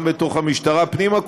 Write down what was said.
גם בתוך המשטרה פנימה,